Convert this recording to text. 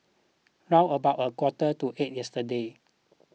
round about a quarter to eight yesterday